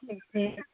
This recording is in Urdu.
جی